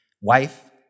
wife